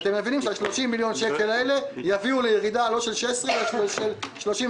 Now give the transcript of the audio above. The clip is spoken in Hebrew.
אתם מבינים שה-30 מיליון שקל האלה יביאו לירידה לא של 16% אלא של 38%,